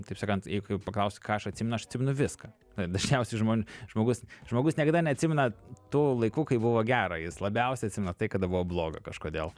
taip sakant jeigu paklausi ką aš atsimenu aš atsimenu viską dažniausiai žmon žmogus žmogus niekada neatsimena tų laikų kai buvo gera jis labiausiai atsimena tai kada buvo bloga kažkodėl